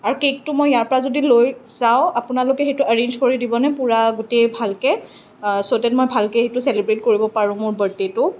আৰু কেকটো মই ইয়াৰ পৰা যদি লৈ যাওঁ আপোনালোকে সেইটো এৰেঞ্জ কৰি দিবনে পুৰা গোটেই ভালকে ছ' ডেট মই ভালকৈ এইটো চেলিব্ৰেট কৰিব পাৰোঁ মোৰ বাৰ্থডেটো